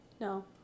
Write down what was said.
No